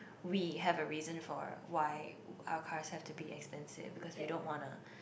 we have a reason for why our cars have to be expensive because we don't wanna